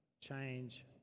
change